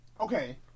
Okay